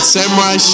Samurai